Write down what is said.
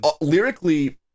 lyrically